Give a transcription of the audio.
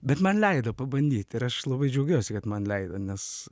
bet man leido pabandyt ir aš labai džiaugiuosi kad man leido nes